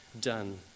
done